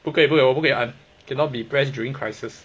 不可以不可以我不可以按 cannot be press during crisis